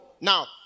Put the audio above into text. Now